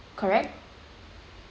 correct